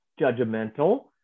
judgmental